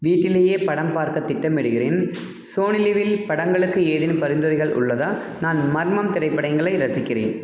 வீட்டிலேயே படம் பார்க்கத் திட்டமிடுகிறேன் சோனி லிவ்வில் படங்களுக்கு ஏதேனும் பரிந்துரைகள் உள்ளதா நான் மர்மம் திரைப்படங்களை ரசிக்கிறேன்